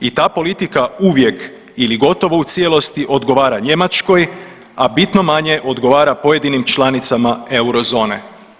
I ta politika uvijek ili gotovo u cijelosti odgovara Njemačkoj, a bitno manje odgovara pojedinim članicama eurozone.